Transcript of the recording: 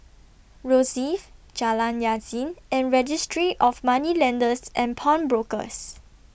Rosyth Jalan Yasin and Registry of Moneylenders and Pawnbrokers